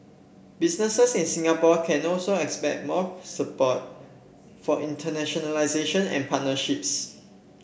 businesses in Singapore can also expect more support for internationalisation and partnerships